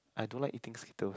I don't like eating Skittles